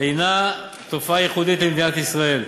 איננה תופעה ייחודית למדינת ישראל,